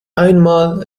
einmal